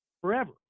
forever